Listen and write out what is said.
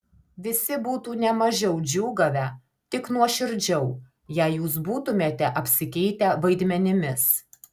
visi būtų ne mažiau džiūgavę tik nuoširdžiau jei jūs būtumėte apsikeitę vaidmenimis